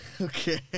Okay